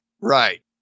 Right